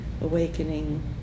awakening